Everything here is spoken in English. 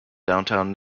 downtown